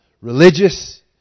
religious